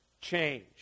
change